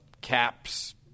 Cap's